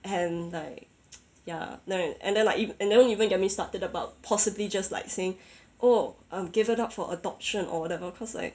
and like ya no and then like even and don't even get me started about possibly just like saying oh give up for adoption or whatever cause like